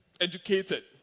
educated